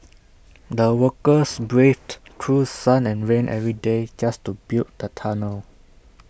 the workers braved through sun and rain every day just to build the tunnel